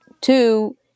Two